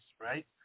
right